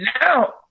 Now